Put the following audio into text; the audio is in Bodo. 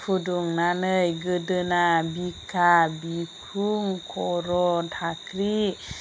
फुदुंनानै गोदोना बिखा बिखुं खर' धाख्रि